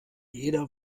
jeder